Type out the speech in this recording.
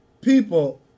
people